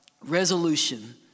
resolution